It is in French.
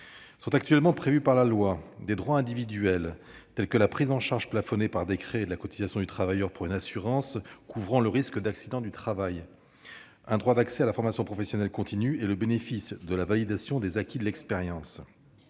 Actuellement, la loi prévoit des droits individuels, tels que la prise en charge, plafonnée par décret, de la cotisation du travailleur pour une assurance couvrant le risque d'accidents du travail, un droit d'accès à la formation professionnelle continue et le bénéfice de la validation des acquis de l'expérience,